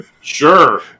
Sure